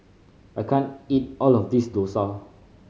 I can't eat all of this dosa